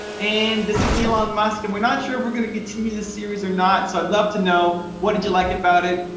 and this is elon musk. and we're not sure if we're going to continue the series or not, so i'd love to know what did you like about it?